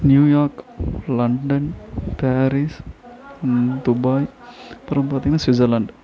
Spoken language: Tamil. நியூயார்க் லண்டன் பேரிஸ் துபாய் அப்புறம் பார்த்தீங்கனா சுவிஸர்லாண்ட்